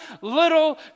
little